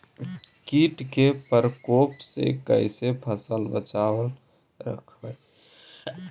कीट के परकोप से कैसे फसल बचाब रखबय?